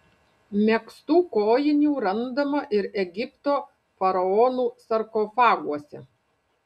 megztų kojinių randama ir egipto faraonų sarkofaguose